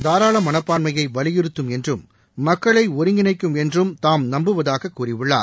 தாராள மனப்பான்மையை வலியுறத்தும் என்றும் மக்களை ஒருங்கிணைக்கும் என்றும் தாம் நம்புவதாக கூறியுள்ளார்